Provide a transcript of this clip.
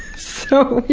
so,